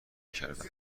کردم